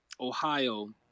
Ohio